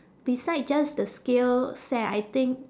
beside just the skill set I think